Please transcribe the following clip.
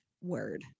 Word